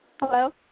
Hello